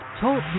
Talk